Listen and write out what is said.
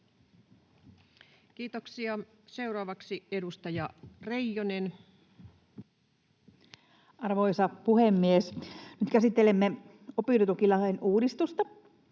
Kiitoksia. — Seuraavaksi edustaja Reijonen. Arvoisa puhemies! Nyt käsittelemme opintotukilain uudistusta,